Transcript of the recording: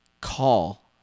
call